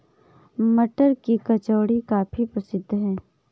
मटर की कचौड़ी काफी प्रसिद्ध है